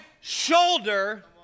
shoulder